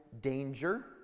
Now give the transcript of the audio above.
danger